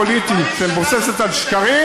"מאכעריות" פוליטית שמבוססת על שקרים